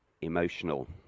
emotional